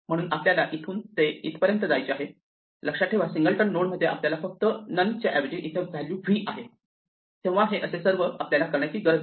म्हणून आपल्याला इथून ते इथेपर्यंत जायचे आहे लक्षात ठेवा सिंगलटन नोड मध्ये आपल्याकडे फक्त नन च्याऐवजी इथे v व्हॅल्यू आहे तेव्हा हे असे सर्व आपल्याला करण्याची गरज आहे